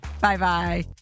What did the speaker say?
Bye-bye